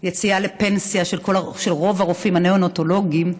יציאה לפנסיה של רוב הרופאים הנאונטולוגים,